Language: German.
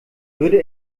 würde